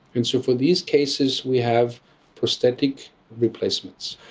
and so for these cases we have prosthetic replacements.